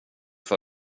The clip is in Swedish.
det